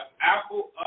apple